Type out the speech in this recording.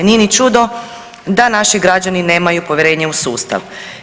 Nije ni čudo da naši građani nemaju povjerenje u sustav.